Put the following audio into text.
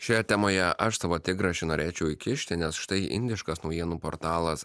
šioje temoje aš savo trigrašį norėčiau įkišti nes štai indiškas naujienų portalas